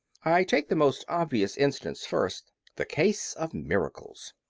i take the most obvious instance first, the case of miracles.